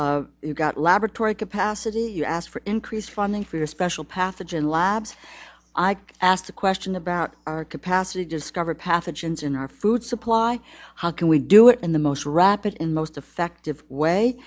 got you've got laboratory capacity you asked for increased funding for special pathogen labs i asked the question about our capacity discover pathogens in our food supply how can we do it in the most rapid and most effective way